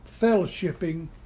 fellowshipping